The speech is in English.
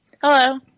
Hello